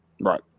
Right